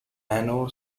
ano